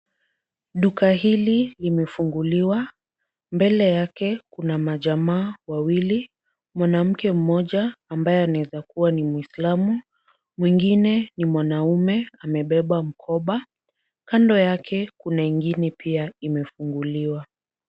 Duka hili limefunguliwa. Mbele yake kuna majamaa wawili. Mwanamke mmoja ambaye anaeza kuwa ni muislamu. Mwingine ni mwanaume amebeba mkoba. Kando yake kuna ingine pia imefunguliwa.